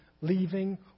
leaving